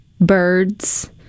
birds